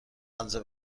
اندازه